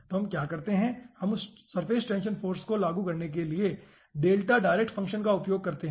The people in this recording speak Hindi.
तो हम क्या करते हैं हम उस सरफेस टेंशन फाॅर्स को लागू करने के लिए डेल्टा डायरेक्ट फंक्शन का उपयोग करते हैं